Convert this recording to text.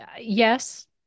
Yes